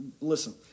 Listen